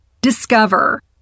Discover